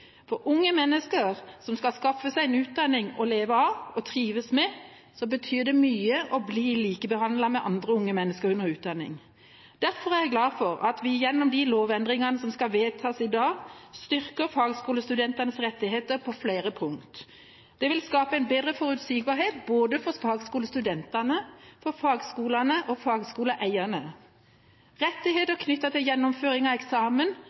For unge mennesker som skal skaffe seg en utdanning å leve av og trives med, betyr det mye å bli likebehandlet med andre unge mennesker under utdanning. Derfor er jeg glad for at vi gjennom de lovendringene som skal vedtas i dag, styrker fagskolestudentenes rettigheter på flere punkter. Det vil skape bedre forutsigbarhet både for fagskolestudentene, fagskolene og fagskoleeierne. Rettigheter knyttet til gjennomføring av eksamen,